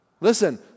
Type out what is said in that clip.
Listen